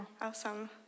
Awesome